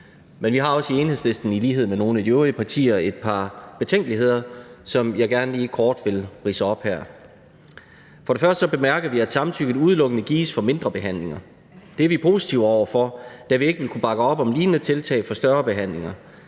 men vi har også i Enhedslisten i lighed med nogle af de øvrige partier et par betænkeligheder, som jeg gerne lige kort vil ridse op her. Vi bemærker først og fremmest, at samtykket udelukkende gives for mindre behandlinger. Det er vi positive over for, da vi ikke vil kunne bakke op om lignende tiltag for større behandlinger.